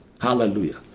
hallelujah